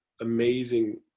amazing